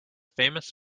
famous